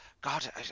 God